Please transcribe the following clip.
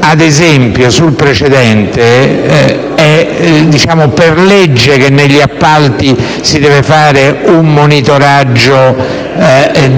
ad esempio, è previsto dalla legge che negli appalti si debba fare un monitoraggio